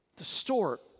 Distort